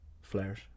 flares